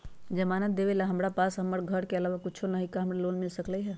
जमानत देवेला हमरा पास हमर घर के अलावा कुछो न ही का हमरा लोन मिल सकई ह?